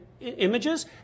images